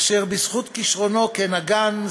אשר בזכות כשרונו כנגן,